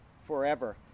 forever